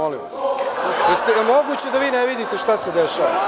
Da li je moguće da ne vidite šta se dešava?